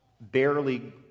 barely